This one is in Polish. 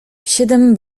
siedem